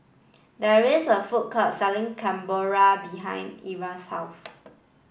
there is a food court selling Carbonara behind Erla's house